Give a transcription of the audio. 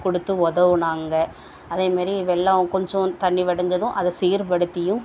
கொடுத்து உதவுனாங்க அதே மாரி வெள்ளம் கொஞ்சம் தண்ணி வடிஞ்சதும் அதை சீர்படுத்தியும்